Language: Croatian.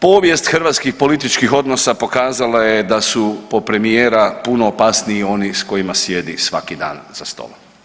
Povijest hrvatskih političkih odnosa pokazala je da su po premijera puno opasniji oni s kojima sjedi svaki dan za stolom.